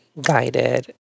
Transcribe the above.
guided